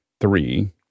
three